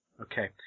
Okay